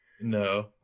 No